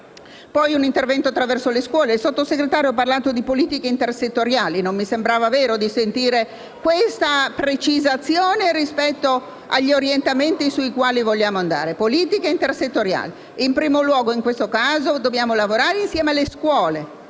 poi un intervento attraverso le scuole. Il Sottosegretario ha parlato di politiche intersettoriali e non mi sembrava vero ascoltare questa precisazione rispetto agli orientamenti che vogliamo seguire. Politiche intersettoriali: in primo luogo, dobbiamo lavorare insieme alle scuole,